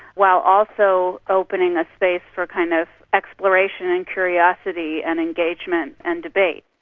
while also opening a space for kind of exploration and curiosity and engagement and debate.